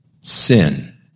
Sin